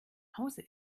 hause